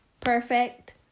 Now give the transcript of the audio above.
perfect